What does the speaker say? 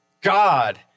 God